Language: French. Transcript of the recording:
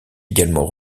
également